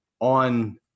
on